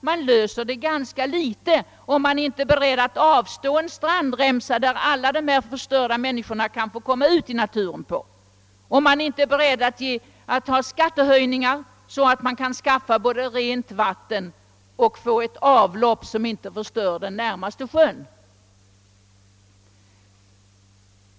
Man löser inte problemen om man inte är beredd att avstå en strandremsa, så att alla dessa förstörda människor kan få komma ut i naturen, eller om man inte är beredd att acceptera skattehöjningar så att man kan skaffa rent vatten och åstadkomma avlopp som inte förstör den närmaste sjön.